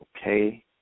Okay